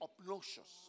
obnoxious